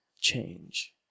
change